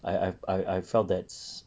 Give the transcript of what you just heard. I I I I felt that s~